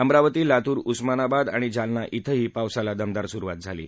अमरावती लातूर उस्मानाबाद आणि जालना िंही पावसाला दमदार सुरु झाली आहे